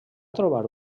trobar